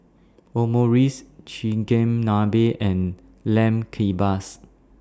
Omurice Chigenabe and Lamb Kebabs